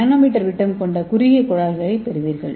4 nm விட்டம் கொண்ட குறுகிய குழாய்களைப் பெறுவீர்கள்